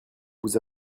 vous